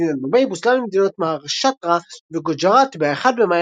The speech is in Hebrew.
מדינת בומביי פוצלה למדינות מהראשטרה וגוג'ראט ב-1 במאי